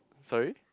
sorry